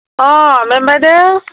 অঁ মেম বাইদেউ